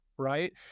Right